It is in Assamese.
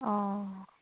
অঁ অঁ